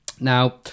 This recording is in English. Now